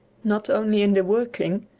not only in the working,